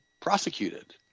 prosecuted